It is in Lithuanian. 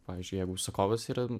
pavyzdžiui jeigu užsakovas yra